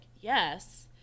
yes